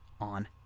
On